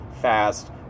fast